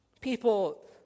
people